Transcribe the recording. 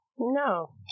No